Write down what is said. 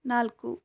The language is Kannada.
ನಾಲ್ಕು